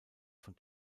von